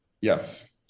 Yes